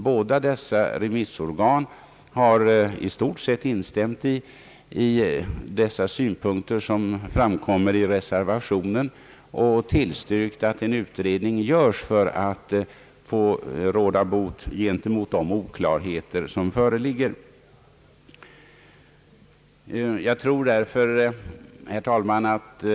Båda dessa remissorgan har i stort sett instämt i de synpunkter, som kommit till uttryck i reservation 1, och tillstyrkt att utredning görs för att råda bot på de oklarheter som här föreligger. Jag tror därför, herr talman, att re Ang.